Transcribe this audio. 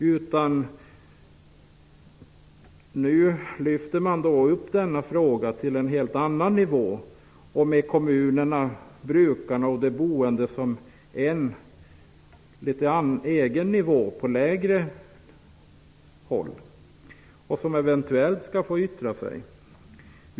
Man lyfter i stället upp denna fråga till en annan nivå, med kommunerna/brukarna och de boende som en egen, lägre nivå och som eventuellt skall få yttra sig.